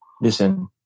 listen